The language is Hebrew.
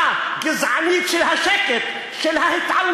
גזענית של שתיקה, גזענית של השקט, של ההתעלמות.